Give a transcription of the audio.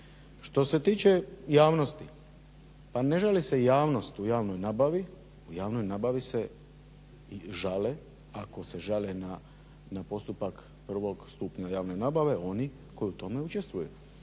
Što se tiče javnosti pa ne žali se javnost u javnoj nabavi, u javnoj nabavi se žale ako se žale na postupak prvog stupnja javne nabave oni koji u tome učestvuju